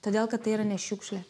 todėl kad tai yra ne šiukšlė